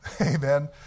Amen